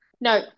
No